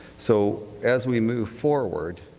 so, as we move forward,